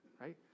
right